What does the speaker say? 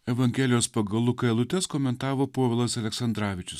evangelijos pagal luką eilutes komentavo povilas aleksandravičius